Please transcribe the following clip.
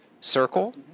circle